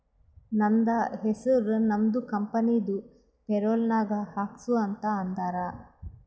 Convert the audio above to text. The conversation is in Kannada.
ನಂದ ಹೆಸುರ್ ನಮ್ದು ಕಂಪನಿದು ಪೇರೋಲ್ ನಾಗ್ ಹಾಕ್ಸು ಅಂತ್ ಅಂದಾರ